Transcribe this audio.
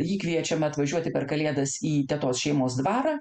ji kviečiama atvažiuoti per kalėdas į tetos šeimos dvarą